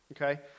Okay